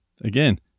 Again